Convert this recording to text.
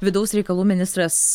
vidaus reikalų ministras